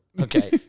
Okay